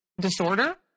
disorder